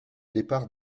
départ